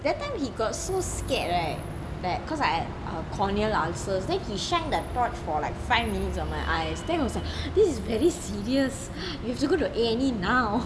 that time he got so scared right that cause I have cornea ulcers then he shine the torch for like five minutes on my eyes then he was like this is very serious you have to go to the A&E now